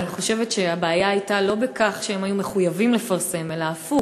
אני חושבת שהבעיה הייתה לא בכך שהם מחויבים לפרסם אלא הפוך,